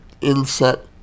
inset